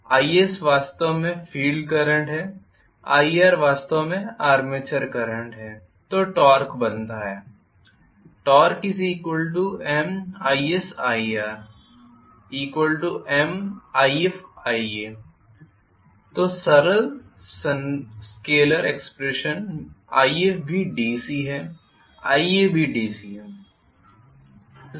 is वास्तव में field current है ir वास्तव में आर्मेचर करंट है तो टॉर्क बनता है TorqueMisir Mifia तो सरल स्केलर एक्सप्रेशन if भी DC है ia भी DC है